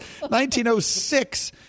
1906